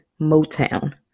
Motown